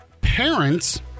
parents